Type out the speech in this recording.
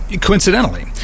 coincidentally